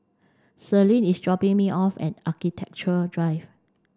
Selene is dropping me off at Architecture Drive